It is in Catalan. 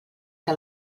que